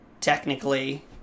technically